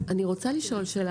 אני רוצה לשאול שאלה.